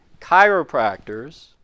chiropractors